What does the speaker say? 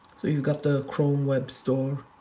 so you've got the chrome web store